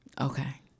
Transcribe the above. okay